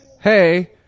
hey